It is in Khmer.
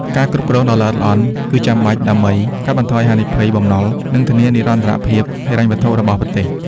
ការគ្រប់គ្រងដ៏ល្អិតល្អន់គឺចាំបាច់ដើម្បី កាត់បន្ថយហានិភ័យបំណុល និងធានានិរន្តរភាពហិរញ្ញវត្ថុរបស់ប្រទេស។